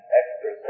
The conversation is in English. extra